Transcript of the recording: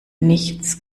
nichts